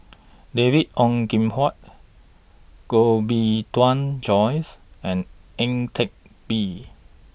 David Ong Kim Huat Koh Bee Tuan Joyce and Ang Teck Bee